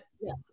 Yes